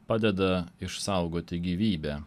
padeda išsaugoti gyvybę